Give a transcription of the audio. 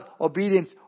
obedience